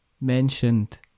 mentioned